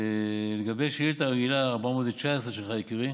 לגבי השאילתה הרגילה 419 שלך, יקירי,